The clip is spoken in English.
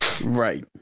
Right